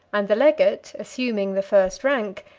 and the legate, assuming the first rank,